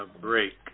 break